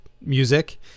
music